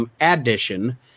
addition